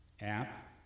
app